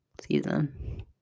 season